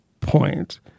point